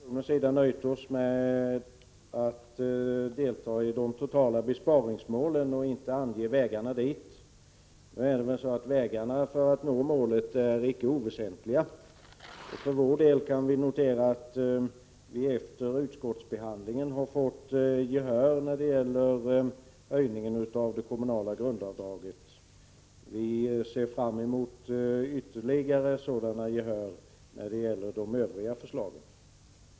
Herr talman! Arne Andersson i Gamleby tyckte att vi från oppositionens sida skulle ha nöjt oss med att deklarera vårt deltagande i det totala besparingsmålet och inte angivit vägarna dit. Men vägarna för att nå målet är ju väsentliga. För vår del kan vi notera att vi efter utskottsbehandlingen har fått gehör när det gäller höjningen av det kommunala grundavdraget. Vi ser fram mot att få gehör också för våra övriga förslag.